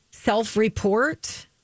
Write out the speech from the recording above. Self-report